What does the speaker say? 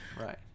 right